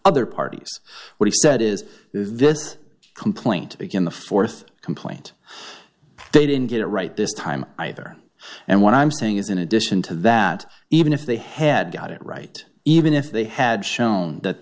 other parties what he said is this complaint again the th complaint they didn't get it right this time either and what i'm saying is in addition to that even if they had got it right even if they had shown that